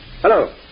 Hello